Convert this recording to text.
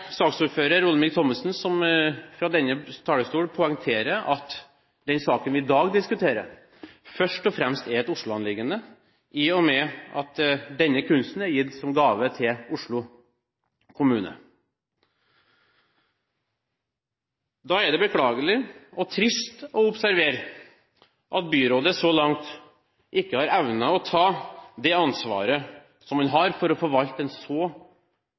saksordfører Olemic Thommessen, som fra denne talerstol poengterer at den saken vi i dag diskuterer, først og fremst er et Oslo-anliggende, i og med at denne kunsten er gitt som gave til Oslo kommune. Da er det beklagelig og trist å observere at byrådet så langt ikke har evnet å ta det ansvaret som man har for å forvalte en så